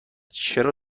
چرا